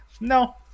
No